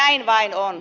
näin vain on